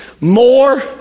more